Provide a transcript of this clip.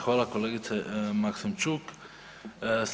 Hvala kolegice Maksičuk.